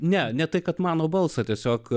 ne ne tai kad mano balsą tiesiog